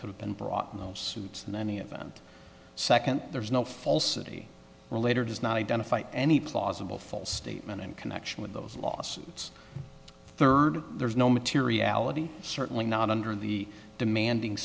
could have been brought in those suits in any event second there's no falsity relator does not identify any plausible false statement in connection with those lawsuits third there's no materiality certainly not under the demanding